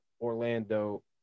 Orlando